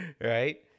Right